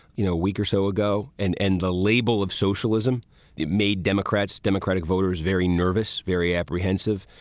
you know, a week or so ago. and and the label of socialism made democrats, democratic voters very nervous, very apprehensive.